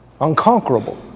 unconquerable